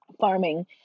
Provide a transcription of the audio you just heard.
farming